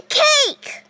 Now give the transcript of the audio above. cake